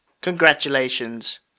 Congratulations